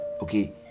okay